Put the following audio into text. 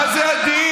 מה זה עדין.